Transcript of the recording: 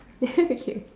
okay